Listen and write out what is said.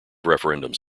referendums